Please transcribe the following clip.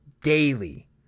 daily